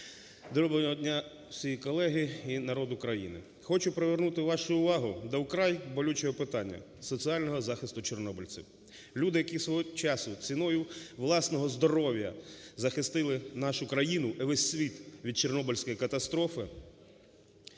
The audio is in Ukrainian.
Доброго дня, всі колеги і народ України! Хочу привернути вашу увагу до вкрай болючого питання – соціального захисту чорнобильців. Люди, які свого часу ціною власного здоров'я захистили нашу країну і весь світ від Чорнобильської катастрофи,